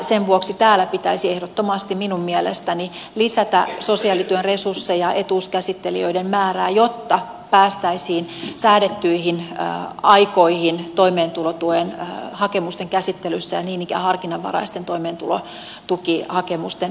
sen vuoksi täällä pitäisi minun mielestäni ehdottomasti lisätä sosiaalityön resursseja etuuskäsittelijöiden määrää jotta päästäisiin säädettyihin aikoihin toimeentulotuen hakemusten käsittelyssä ja niin ikään harkinnanvaraisten toimeentulotukihakemusten käsittelyssä